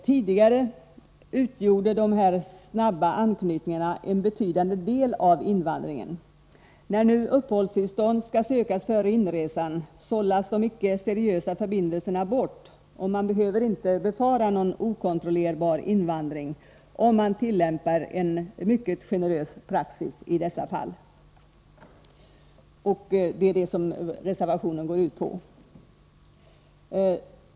Tidigare utgjorde de här snabba anknytningarna en betydande del av invandringen. När nu uppehållstillstånd skall sökas före inresan, sållas de icke seriösa förbindelserna bort, och man behöver inte befara någon okontrollerbar invandring, om man tillämpar en mycket generös praxis i det här fallet. Det är detta reservationen går ut på.